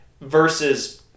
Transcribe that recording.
versus